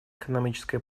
экономическое